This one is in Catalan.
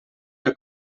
que